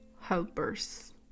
Helpers